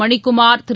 Manikumar Thiru